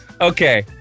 Okay